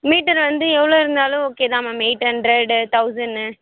metre வந்து எவ்வளோ இருந்தாலும் ஓகே தான் மேம் எயிட் ஹண்ட்ரடு தௌசண்னு